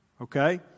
Okay